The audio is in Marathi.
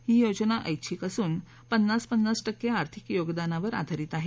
ही योजना ऐष्छिक असून पन्नास पन्नास टक्के आर्थिक योगदानावर आधारित आहे